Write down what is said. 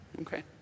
Okay